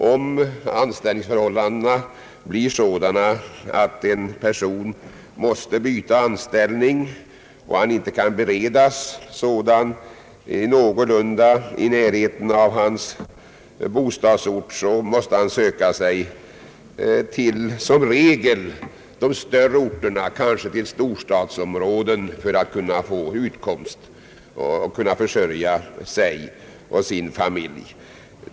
Om anställningsförhållandena blir sådana att en person måste byta anställning och därvid inte kan beredas en sådan i någorlunda närhet av bostadsorten tvingas han som regel att söka sig till de större orterna, kanske till storstadsområden, för att kunna försörja sig och sin familj.